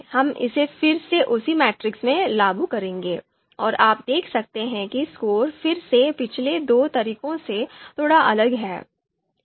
हम इसे फिर से उसी मैट्रिक्स पर लागू करेंगे और आप देख सकते हैं कि स्कोर फिर से पिछले दो तरीकों से थोड़ा अलग हैं